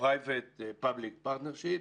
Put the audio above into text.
private public partnership,